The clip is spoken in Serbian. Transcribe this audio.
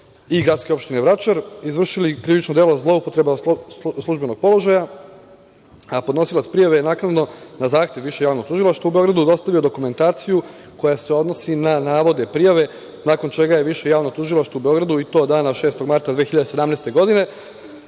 prostorom i GO Vračar izvršili krivično delo zloupotrebe službenog položaja. Podnosilac prijave je naknadno, na zahtev Višeg javnog tužilaštva u Beogradu, dostavio dokumentaciju koja se odnosi na navode prijave, nakon čega je Više javno tužilaštvo u Beogradu, i to dana 6. marta 2017. godine,